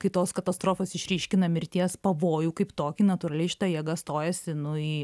kai tos katastrofos išryškina mirties pavojų kaip tokį natūraliai šita jėga stojasi nu į